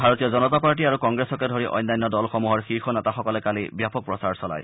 ভাৰতীয় জনতা পাৰ্টী আৰু কংগ্ৰেছকে ধৰি অন্যান্য দলসমূহৰ শীৰ্ষ নেতাসকলে কালি ব্যাপক প্ৰচাৰ চলায়